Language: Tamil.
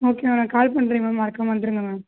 ஓகே மேம் நான் கால் பண்ணுறேன் மேம் மறக்காமல் வந்துருங்க மேம்